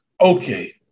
okay